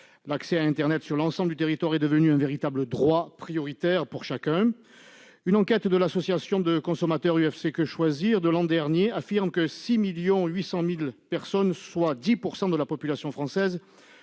L'accès à internet sur l'ensemble du territoire est devenu un véritable droit prioritaire pour chacun. Une enquête de l'association de consommateurs UFC-Que Choisir de l'an dernier nous apprend que 6,8 millions de personnes, soit 10 % de la population française,